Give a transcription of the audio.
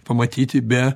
pamatyti be